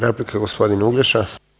Replika, gospodin Uglješa.